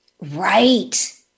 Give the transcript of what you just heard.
Right